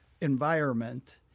environment